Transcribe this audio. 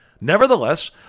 Nevertheless